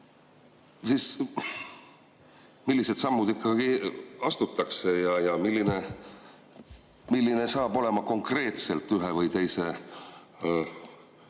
millised sammud ikkagi astutakse ja milline saab olema konkreetselt ühe või teise asja